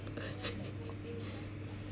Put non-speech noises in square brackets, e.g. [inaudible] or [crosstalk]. [laughs]